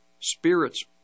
Spirits